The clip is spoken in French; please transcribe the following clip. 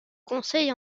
conseil